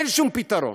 אין שום פתרון.